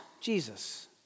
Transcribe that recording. Jesus